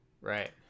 Right